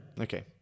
Okay